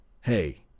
Hey